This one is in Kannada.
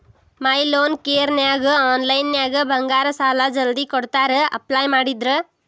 ಮೈ ಲೋನ್ ಕೇರನ್ಯಾಗ ಆನ್ಲೈನ್ನ್ಯಾಗ ಬಂಗಾರ ಸಾಲಾ ಜಲ್ದಿ ಕೊಡ್ತಾರಾ ಅಪ್ಲೈ ಮಾಡಿದ್ರ